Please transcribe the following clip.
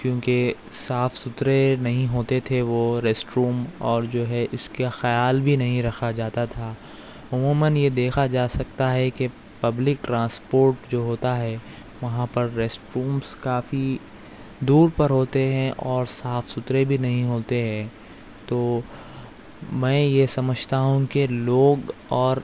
کیونکہ صاف ستھرے نہیں ہوتے تھے وہ ریسٹ روم اور جو ہے اس کا خیال بھی نہیں رکھا جاتا تھا عموماً یہ دیکھا جا سکتا ہے کہ پبلک ٹرانسپورٹ جو ہوتا ہے وہاں پر ریسٹ رومس کافی دور پر ہوتے ہیں اور صاف ستھرے بھی نہیں ہوتے ہیں تو میں یہ سمجھتا ہوں کہ لوگ اور